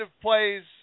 plays